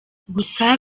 gusa